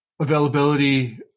availability